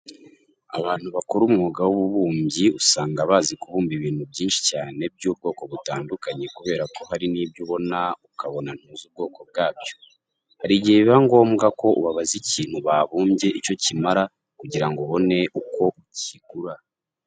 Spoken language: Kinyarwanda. Abantu bakora umwuga w'ububumbyi usanga bazi kubumba ibintu byinshi cyane by'ubwoko butandukanye kubera ko hari n'ibyo ubona ukabona ntuzi ubwoko bwabyo. Hari igihe biba ngombwa ko ubabaza ikintu babumbye icyo kimara kugira ngo ubone uko ukigura.